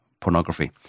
pornography